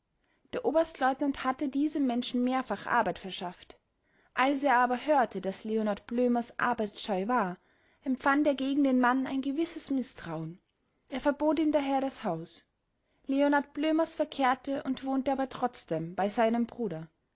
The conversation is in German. der oberstleutnant hatte diesem menschen mehrfach arbeit verschafft als er aber hörte daß leonard blömers arbeitsscheu war empfand er gegen den mann ein gewisses mißtrauen er verbot ihm daher das haus leonard blömers verkehrte und wohnte aber trotzdem bei seinem bruder